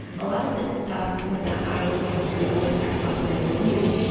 a lot of this stuff when i was going through other tax software reviews,